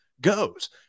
goes